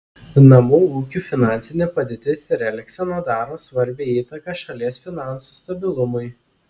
namų ūkių finansinė padėtis ir elgsena daro svarbią įtaką šalies finansų stabilumui